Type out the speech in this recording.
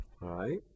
right